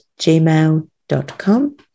gmail.com